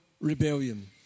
rebellion